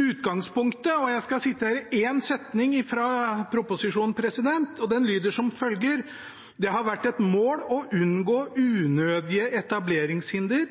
Jeg skal sitere en setning fra proposisjonen, og den lyder som følger: «Det har vært et mål å unngå unødige etableringshinder,